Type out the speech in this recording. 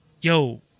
Yo